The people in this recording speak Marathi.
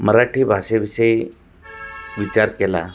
मराठी भाषेविषयी विचार केला